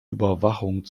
überwachung